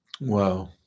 Wow